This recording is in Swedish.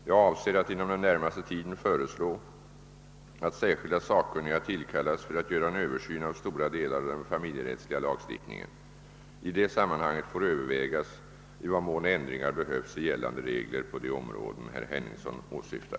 Jag avser att inom den närmaste tiden föreslå att särskilda sakkunniga tillkallas för att göra en Översyn av stora delar av den familjerättsliga lagstiftningen. I det sammanhanget får övervägas i vad mån ändringar behövs i gällande regler på de områden herr Henningsson åsyftar.